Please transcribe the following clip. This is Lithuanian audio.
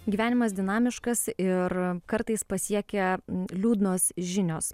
gyvenimas dinamiškas ir kartais pasiekia liūdnos žinios